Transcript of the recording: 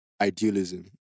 idealism